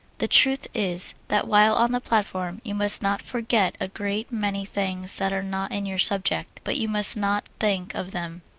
the truth is that while on the platform you must not forget a great many things that are not in your subject, but you must not think of them.